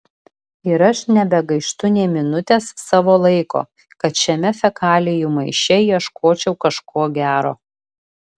ir aš nebegaištu nė minutės savo laiko kad šiame fekalijų maiše ieškočiau kažko gero